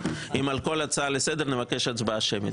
אם על כל הצעה לסדר נבקש הצבעה שמית.